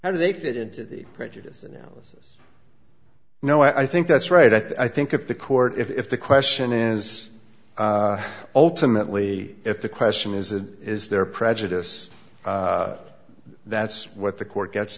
how do they fit into the prejudice analysis no i think that's right i think if the court if the question is ultimately if the question is is there prejudice that's what the court gets